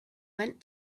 went